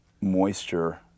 moisture